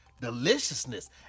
deliciousness